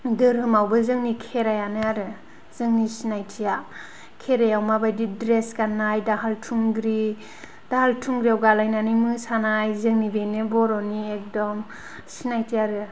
धोरोमावबो जोङा खेरायानो आरो जोंनि सिनायथिया खेरायाव माबायदि द्रेस गान्नाय दाहार खुंग्रि दाहार थुंग्रियाव गलायनानै मोसानाय जोंनि बेनो बर' नि एकदम सिनायथि आरो